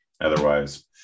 Otherwise